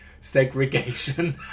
segregation